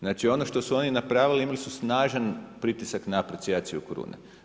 Znači ono što su ono napravili, imali su snažan pritisak na aprecijaciju krune.